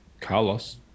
Carlos